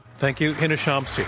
thank you, hina shamsi.